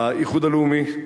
האיחוד הלאומי,